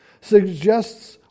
Suggests